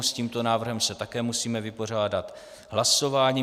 S tímto návrhem se také musíme vypořádat hlasováním.